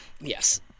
yes